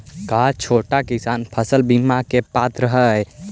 का छोटा किसान फसल बीमा के पात्र हई?